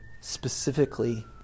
specifically